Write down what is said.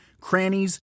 crannies